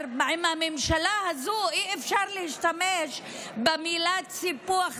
עם הממשלה הזאת כבר אי-אפשר להשתמש במילים "סיפוח זוחל".